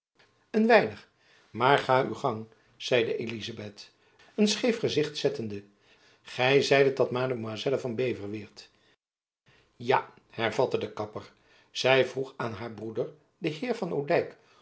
een weinig maar ga uw gang zeide elizabeth een scheef gezicht zettende gy zeidet dat mademoiselle van beverweert ja hervatte de kapper zy vroeg aan haar broeder den heer van odijk